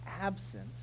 absence